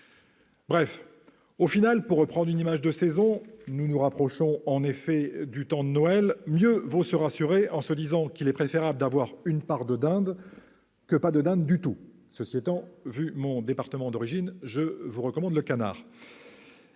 Bref, au final, pour reprendre une image de saison- nous nous rapprochons de Noël -, mieux vaut se rassurer en se disant qu'il est préférable d'avoir une part de dinde que pas de dinde du tout ! Très bien ! Cela étant, vu mon département d'élection, je vous recommande le canard